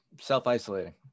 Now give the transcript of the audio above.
self-isolating